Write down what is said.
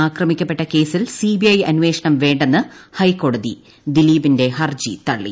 നടി ആക്രമിക്കപ്പെട്ട കേസിൽ സിബിഐ അന്വേഷണം വേണ്ടെന്ന് ഹൈക്കോടതി ദിലീപിന്റെ ഹർജി തള്ളി